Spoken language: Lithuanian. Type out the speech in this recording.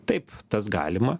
taip tas galima